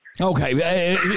Okay